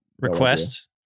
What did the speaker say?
request